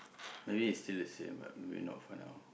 maybe it's still the same but maybe not for now